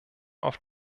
auf